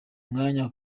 mwanya